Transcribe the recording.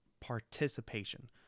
participation